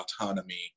autonomy